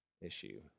issue